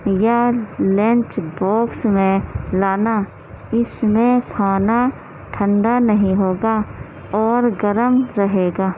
یا lunch box میں لانا اس میں کھانا ٹھنڈا نہیں ہوگا اور گرم رہے گا